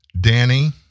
Danny